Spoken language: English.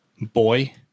Boy